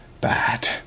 bad